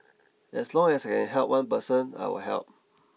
as long as I can help one person I will help